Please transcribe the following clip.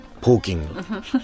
poking